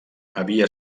havia